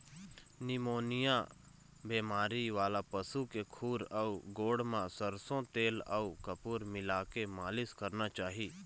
pneumonia बेमारी वाला पशु के खूर अउ गोड़ म सरसो तेल अउ कपूर मिलाके मालिस करना चाही